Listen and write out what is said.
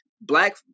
black